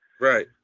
Right